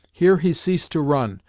here he ceased to run,